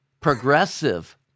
progressive